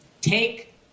take